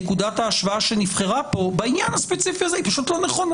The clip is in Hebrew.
נקודת ההשוואה שנבחרה פה בעניין הספציפי הזה היא פשוט לא נכונה.